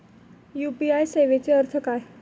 UPI सेवेचा अर्थ काय?